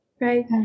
right